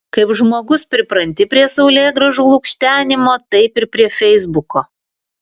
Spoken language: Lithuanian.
kaip žmogus pripranti prie saulėgrąžų lukštenimo taip ir prie feisbuko